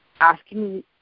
asking